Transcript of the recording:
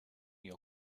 your